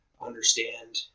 understand